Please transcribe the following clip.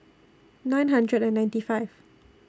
nine hundred and ninety five